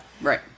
Right